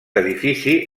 edifici